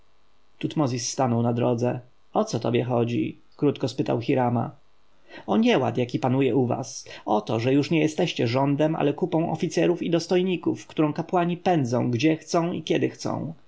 tutmozis stanął na drodze o co tobie chodzi krótko spytał hirama o nieład jaki panuje u was o to że już nie jesteście rządem ale kupą oficerów i dostojników którą kapłani pędzą gdzie chcą i kiedy chcą